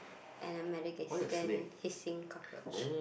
and a Madagascan hissing cockroach